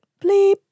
bleep